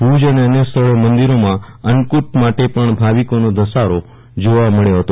ભુજ અને અન્ય સ્થળોએ મંદિરોમાં અન્નકૂટ દર્શન માટે પણ ભાવીકોનો ધસારો જોવા મળયો હતો